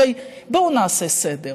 הרי בואו נעשה סדר: